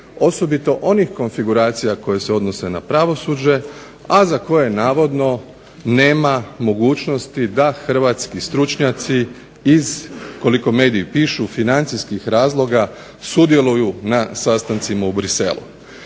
osobito onih konfiguracija koje se odnose na pravosuđe, a za koje navodno nema mogućnosti da hrvatski stručnjaci iz koliko mediji pišu financijskih razloga sudjeluju na sastancima u Bruxellesu.